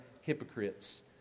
hypocrites